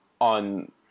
on